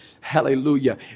Hallelujah